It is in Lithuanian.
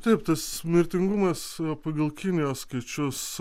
taip tas mirtingumas pagal kinijos skaičius